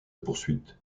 poursuite